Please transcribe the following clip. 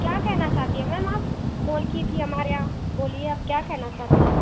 क्या कहना चाहती हैं मैम आप फोन की थी हमारे यहाँ बोलिए आप क्या कहना चाहती हैं